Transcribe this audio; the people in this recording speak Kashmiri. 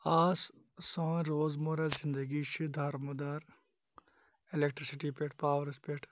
آس سون روز مَرا زِندگی چھِ دَرمَدار ایٚلیٚکٹرسٹی پیٹھ پاورَس پیٹھ